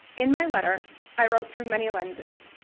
in my letter i wrote through many lenses,